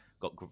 got